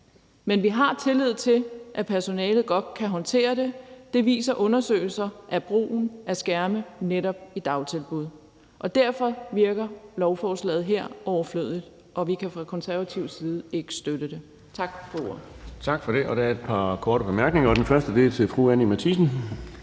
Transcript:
men vi har tillid til, at personalet godt kan håndtere det. Det viser undersøgelser af brugen af skærme i netop dagtilbud. Derfor virker lovforslaget her overflødigt. Vi kan fra Konservatives side ikke støtte det. Tak for ordet. Kl. 09:28 Den fg. formand (Erling Bonnesen): Tak for det.